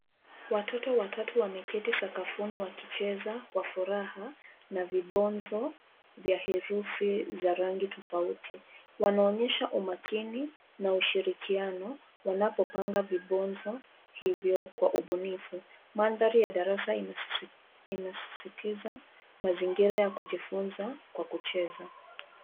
Watoto watatu wameketi sakafuni wakicheza kwa furaha na vibonzo vya herufi za rangi tofauti. Wanaonyesha umakini na ushirikiano wanapopanga vibonzo hivyo kwa ubunifu. Mandhari ya darasa inasisitiza mazingira ya kujifunza kwa kucheza.